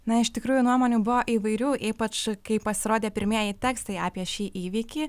na iš tikrųjų nuomonių buvo įvairių ypač kai pasirodė pirmieji tekstai apie šį įvykį